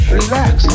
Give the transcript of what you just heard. relax